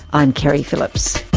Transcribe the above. i'm keri phillips